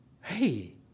Hey